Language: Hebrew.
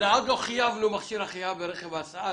עוד לא חייבנו מכשיר החייאה ברכב הסעה.